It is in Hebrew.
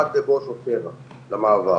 עד לבוא שוטר למעבר